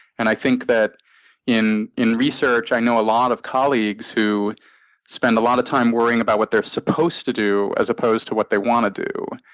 and i think that in in research, i know a lot of colleagues who spend a lot of time worrying about what they're supposed to do as opposed to what they wanna do.